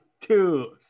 two